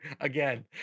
again